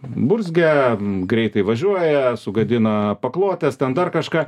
burzgia greitai važiuoja sugadina paklotes ten dar kažką